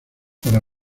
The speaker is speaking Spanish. para